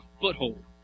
foothold